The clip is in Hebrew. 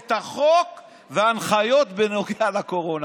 את החוק וההנחיות בנוגע לקורונה.